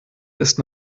ist